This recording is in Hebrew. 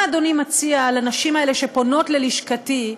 מה אדוני מציע לנשים האלה שפונות ללשכתי,